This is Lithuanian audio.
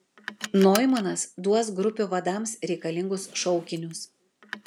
noimanas duos grupių vadams reikalingus šaukinius